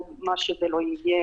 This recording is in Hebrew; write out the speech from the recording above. או מה שזה לא יהיה.